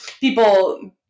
people